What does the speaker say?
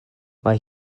mae